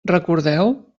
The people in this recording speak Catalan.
recordeu